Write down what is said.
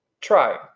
try